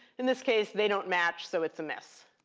in this case, they don't match, so it's a miss.